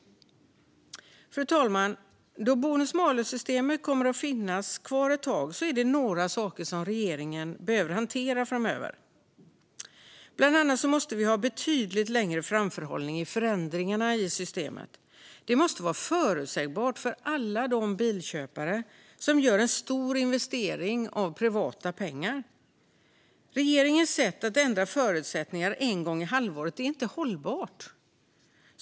Fru talman! Då bonus malus-systemet kommer att finnas kvar ett tag är det några saker som regeringen behöver hantera framöver. Bland annat måste vi ha en betydligt bättre framförhållning i förändringarna i systemet. Det måste vara förutsägbart för alla de bilköpare som gör en stor investering med privata pengar. Regeringens sätt att ändra förutsättningarna en gång i halvåret är inte hållbart.